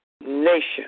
nation